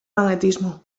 magnetismo